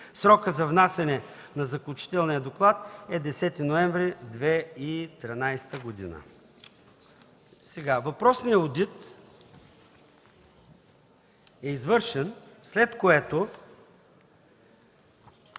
Срокът за внасяне на заключителния доклад е 10 ноември 2013 г.” Въпросният одит е извършен, след което